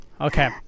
Okay